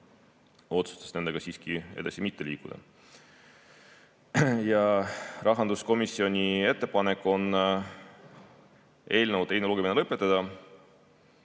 otsustas nendega siiski edasi mitte liikuda. Rahanduskomisjoni ettepanek on eelnõu teine lugemine lõpetada.